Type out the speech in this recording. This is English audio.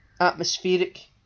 atmospheric